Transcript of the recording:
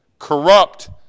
Corrupt